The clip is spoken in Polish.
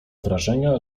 wrażenia